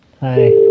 Hi